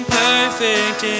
perfect